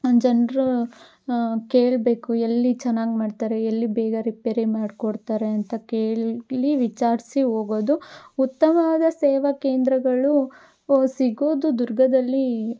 ಜನರು ಕೇಳಬೇಕು ಎಲ್ಲಿ ಚೆನ್ನಾಗಿ ಮಾಡ್ತಾರೆ ಎಲ್ಲಿ ಬೇಗ ರಿಪೇರಿ ಮಾಡಿಕೊಡ್ತಾರೆ ಅಂತ ಕೇಳಿ ವಿಚಾರಿಸಿ ಹೋಗೋದು ಉತ್ತಮವಾದ ಸೇವಾ ಕೇಂದ್ರಗಳು ಸಿಗೋದು ದುರ್ಗದಲ್ಲಿ